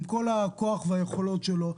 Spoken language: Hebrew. עם כל הכוח והיכולות שלו,